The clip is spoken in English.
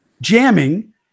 jamming